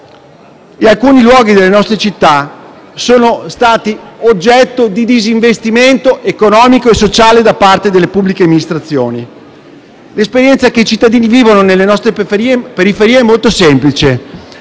e alcuni luoghi delle nostre città sono stati oggetto di disinvestimento economico e sociale da parte delle pubbliche amministrazioni. L'esperienza che i cittadini vivono nelle nostre periferie è molto semplice: